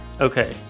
Okay